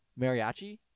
Mariachi